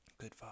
Good